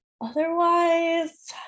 Otherwise